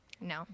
No